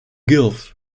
guelph